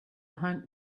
hunt